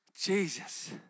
Jesus